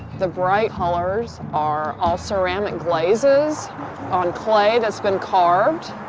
the bright colors are all ceramic glazes on clay that's been carved,